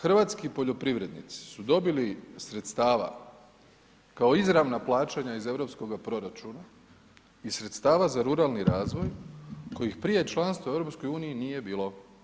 Hrvatski poljoprivrednici su dobili sredstava kao izravna plaćanja iz europskoga proračuna i sredstava za ruralni razvoj kojih prije članstva u EU nije bilo.